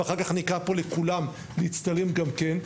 ואחר כך אני אקרא פה לכולם להצטלם גם כן,